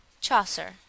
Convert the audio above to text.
Chaucer